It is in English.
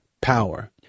power